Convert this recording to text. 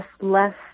less